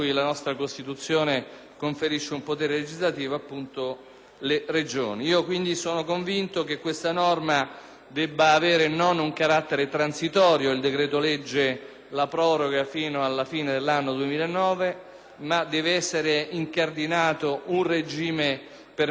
Sono quindi convinto che questa norma non debba avere un carattere transitorio (il decreto-legge la proroga fino alla fine dell'anno 2009), ma che debba essere incardinato un regime permanente, pur con le differenziazioni di cui testé